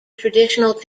traditional